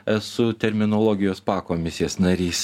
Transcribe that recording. esu terminologijos pakomisės narys